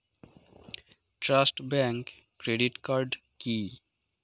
Trust bank credit card কি?